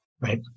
Right